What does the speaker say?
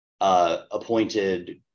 Appointed